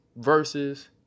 versus